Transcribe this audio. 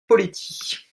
poletti